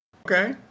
Okay